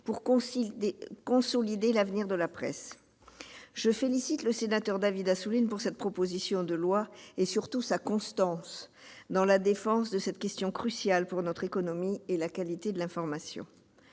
à la consolidation de l'avenir de la presse. Je félicite notre collègue David Assouline pour cette proposition de loi ainsi que pour sa constance dans la défense de cette question cruciale pour notre économie comme pour la qualité de l'information.